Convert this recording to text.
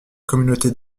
communauté